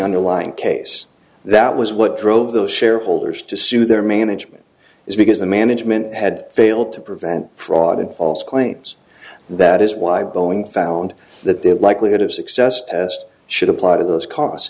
underlying case that was what drove those shareholders to sue their management is because the management had failed to prevent fraud and false claims that is why boeing found that the likelihood of success test should apply to those costs